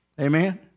Amen